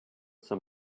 some